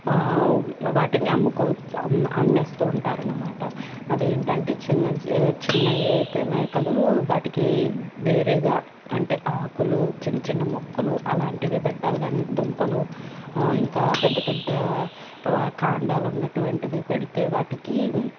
వాటిని అమ్ముకోవచ్చు అమ్ అమ్మేస్తూ ఉంటారనమాట అదేంటంటే చిన్న చిన్నవి అయితే మేకలు వాటికి వేరేగా అంటే ఆకులు చిన్న చిన్న మొక్కలు అలాంటివే పెట్టాలని దుంపలు ఇంకా పెద్ద పెద్ద వా కాండాలు ఉన్నటు వంటివి పెడితే వాటికి